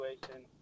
situation